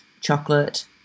chocolate